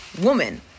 woman